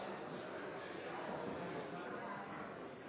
jeg